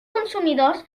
consumidors